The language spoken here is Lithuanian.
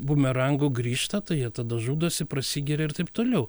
bumerangu grįžta tai jie tada žudosi prasigeria ir taip toliau